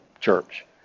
church